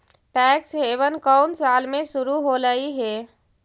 Tax haven कउन साल में शुरू होलई हे?